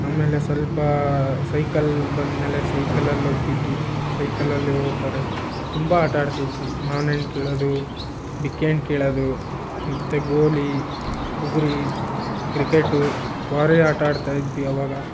ಆಮೇಲೆ ಸ್ವಲ್ಪ ಸೈಕಲ್ ಬಂದ ಮೇಲೆ ಸೈಕಲಲ್ಲಿ ಹೋಗ್ತಿದ್ವಿ ಸೈಕಲಲ್ಲಿ ಹೋಬೇಕಾರೆ ತುಂಬ ಆಟಾಡ್ತಿದ್ವಿ ಮಾವ್ನ ಹಣ್ಣು ಕೀಳೋದು ಬಿಕ್ಕೆ ಹಣ್ಣು ಕೀಳೋದು ಮತ್ತು ಗೋಲಿ ಬುಗುರಿ ಕ್ರಿಕೆಟು ಬರೀ ಆಟ ಆಡ್ತಾ ಇದ್ವಿ ಅವಾಗ